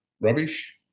Rubbish